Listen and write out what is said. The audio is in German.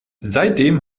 seitdem